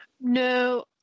No